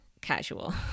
casual